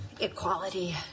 Equality